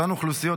אותן אוכלוסיות,